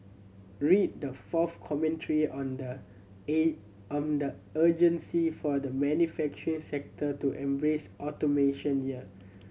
read the fourth commentary on the on the urgency for the manufacturing sector to embrace automation here